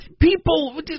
people